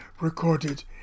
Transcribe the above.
recorded